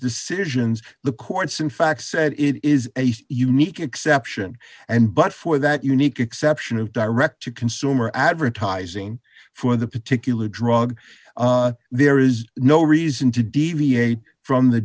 decisions the courts in fact said it is a unique exception and but for that unique exception of direct to consumer advertising for the particular drug there is no reason to deviate from the